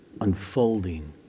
unfolding